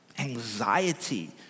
Anxiety